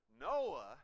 Noah